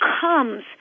comes